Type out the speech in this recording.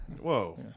Whoa